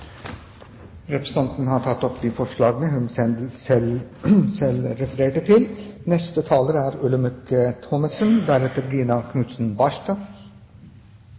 Representanten Sylvi Graham har tatt opp de forslagene hun refererte til. Dette er